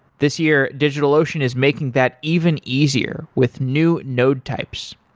this year, digitalocean is making that even easier with new node types.